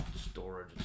storage